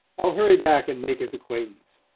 i'll hurry back and make his acquaintance.